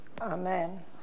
Amen